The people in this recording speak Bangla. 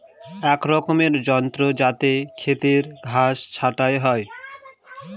এক রকমের যন্ত্র যাতে খেতের ঘাস ছাটা হয়